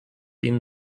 been